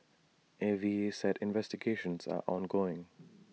A V A said investigations are ongoing